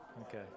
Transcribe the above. Okay